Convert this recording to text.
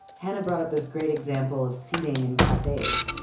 hannah brought up this great example of seating and cafes.